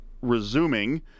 resuming